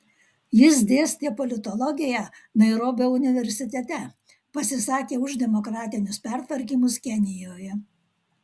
jis dėstė politologiją nairobio universitete pasisakė už demokratinius pertvarkymus kenijoje